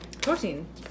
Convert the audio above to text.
Protein